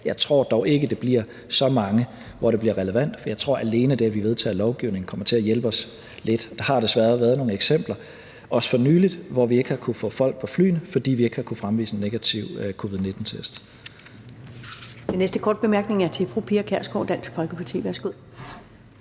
Jeg tror dog ikke, det bliver så mange, for hvem det bliver relevant. For jeg tror, at alene det, at vi vedtager lovgivningen, kommer til at hjælpe os lidt. Der har desværre været nogle eksempler, også for nylig, hvor vi ikke har kunnet få folk på flyene, fordi vi ikke har kunnet fremvise en negativ covid-19-test.